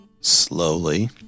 Slowly